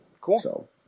Cool